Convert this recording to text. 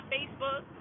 Facebook